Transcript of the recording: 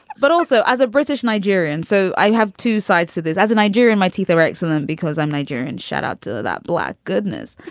but also as a british nigerian. so i have two sides to this. as a nigerian, my teeth are excellent because i'm nigerian. shut out to that black goodness.